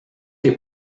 est